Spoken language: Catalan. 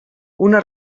una